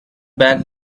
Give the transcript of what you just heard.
back